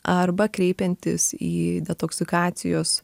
arba kreipiantis į detoksikacijos